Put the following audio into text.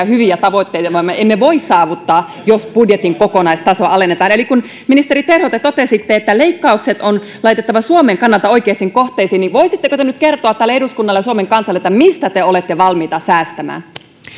hyviä tavoitteitamme emme voi saavuttaa jos budjetin kokonaistasoa alennetaan eli kun ministeri terho te totesitte että leikkaukset on laitettava suomen kannalta oikeisiin kohteisiin niin voisitteko te nyt kertoa tälle eduskunnalle ja suomen kansalle mistä te olette valmiita säästämään